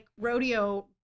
rodeo